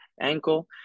ankle